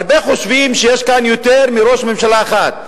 הרבה חושבים שיש כאן יותר מראש ממשלה אחד,